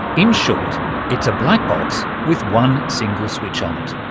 in short it's a black box with one single switch on it.